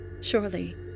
Surely